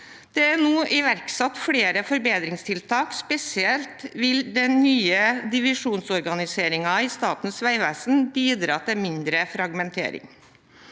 Det er nå iverksatt flere forbedringstiltak, og spesielt vil den nye divisjonsorganiseringen i Statens vegvesen bidra til mindre fragmentering.